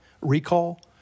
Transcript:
recall